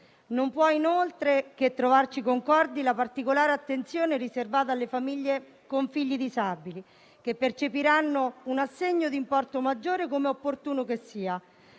Non può inoltre che trovarci concordi la particolare attenzione riservata alle famiglie con figli disabili che percepiranno un assegno di importo maggiore come è opportuno che sia.